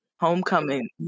homecoming